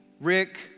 Rick